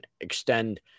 extend